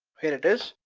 here it is,